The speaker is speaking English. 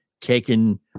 taken